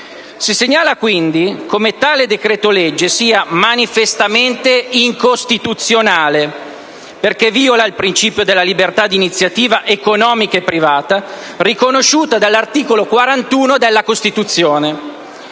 si segnala quindi come tale decreto-legge sia manifestamente incostituzionale perché viola il principio della libertà di iniziativa economica privata, riconosciuto dall'articolo 41 della Costituzione.